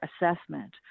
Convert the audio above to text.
assessment